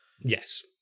Yes